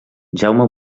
jaume